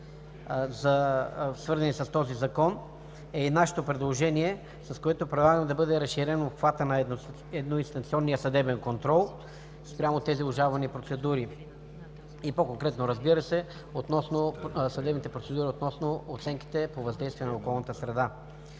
свързани с този Закон, е и нашето предложение, с което предлагам да бъде разширен обхватът на едноинстанциония съдебен контрол спрямо тези обжалвани процедури и по-конкретно, разбира се, съдебната процедура относно оценките по въздействие на околната среда.